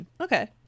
okay